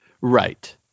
right